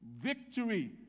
Victory